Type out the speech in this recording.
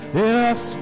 Yes